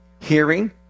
Hearing